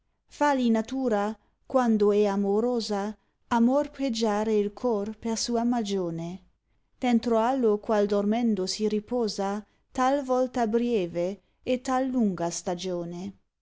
fagli natura quando è amorosa amor pregiare il cor per sua magione dentro alio qual dormendo si riposa tal tolta brieve e tal lunga stagione